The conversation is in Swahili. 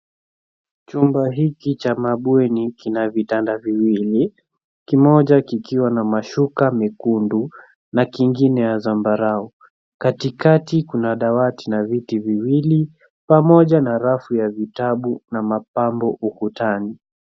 Chumba hiki cha mabweni kina vitanda viwili, kimoja kikiwa na mashuka mekundu na kingine ya zambarau. Katikati kuna dawati na viti viwili pamoja na rafu ya vitabu na mapambo ukutani.